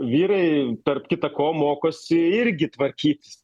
vyrai tarp kita ko mokosi irgi tvarkytis